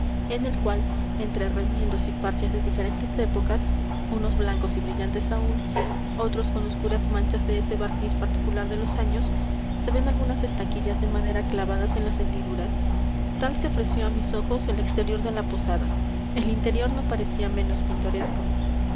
en el cual entre remiendos y parches de diferentes épocas unos blancos y brillantes aún otros con oscuras manchas de ese barniz particular de los años se ven algunas estaquillas de madera clavadas en las hendiduras tal se ofreció á mis ojos el exterior de la posada el interior no parecía menos pintoresco